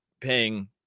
paying